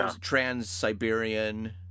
Trans-Siberian